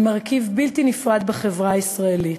הם מרכיב בלתי נפרד בחברה הישראלית.